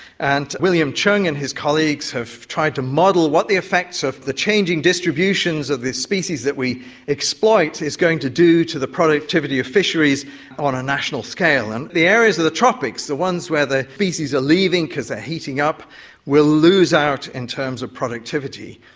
and william cheung and his colleagues have tried to model what the effects of the changing distributions of these species that we exploit is going to do to the productivity of fisheries on a national scale. and the areas of the tropics, the ones where the species are leaving because they are heating up will lose out in terms of productivity.